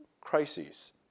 crises